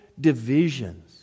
divisions